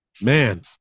Man